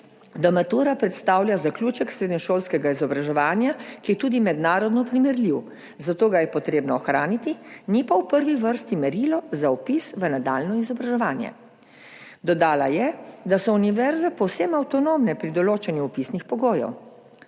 da matura predstavlja zaključek srednješolskega izobraževanja, ki je tudi mednarodno primerljiv, zato ga je potrebno ohraniti, ni pa v prvi vrsti merilo za vpis v nadaljnje izobraževanje. Dodala je, da so univerze povsem avtonomne pri določanju vpisnih pogojev.